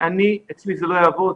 אצלי זה לא יעבוד.